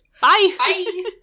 Bye